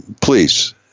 please